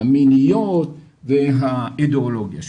המיניות והאידיאולוגיה שלו,